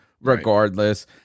regardless